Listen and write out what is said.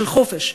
של חופש,